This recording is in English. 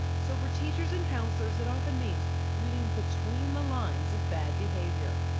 so for teachers and counselors, it often means reading between the lines of bad behavior.